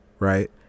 Right